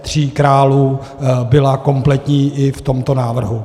Tří králů byla kompletní i v tomto návrhu.